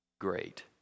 great